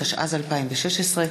התשע"ז 2016,